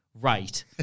Right